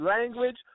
language